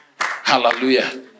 Hallelujah